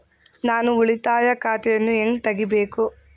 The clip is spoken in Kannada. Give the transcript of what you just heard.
ನಾನು ಉಳಿತಾಯ ಖಾತೆಯನ್ನು ಹೆಂಗ್ ತಗಿಬೇಕು?